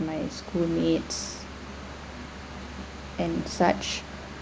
my schoolmates and such